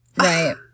Right